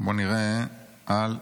בוא נראה על מה.